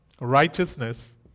righteousness